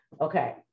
Okay